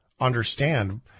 understand